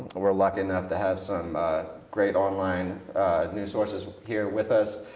we're lucky enough to have some great online news sources here with us.